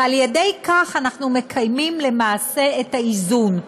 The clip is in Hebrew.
ועל-ידי כך אנחנו מקיימים למעשה את האיזון.